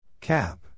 Cap